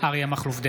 אריה מכלוף דרעי,